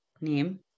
name